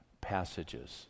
passages